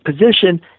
position